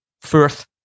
Firth